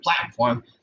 platform